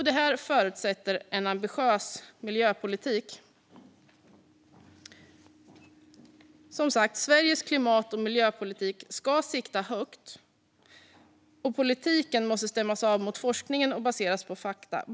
Detta förutsätter en ambitiös miljöpolitik. Som sagt: Sveriges klimat och miljöpolitik ska sikta högt, och politiken måste stämmas av mot forskningen och baseras på fakta.